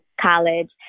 college